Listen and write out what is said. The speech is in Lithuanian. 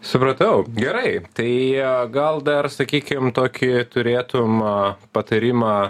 supratau gerai tai gal dar sakykim tokį turėtum a patarimą